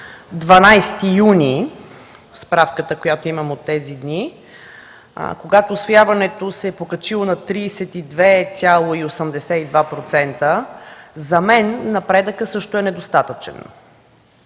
е справката, която имам от тези дни, където усвояването се е покачило на 32,82%, за мен напредъкът също е недостатъчен.